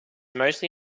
mostly